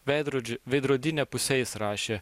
veidrodžiu veidrodine puse jis rašė